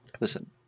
Listen